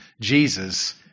Jesus